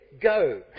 Go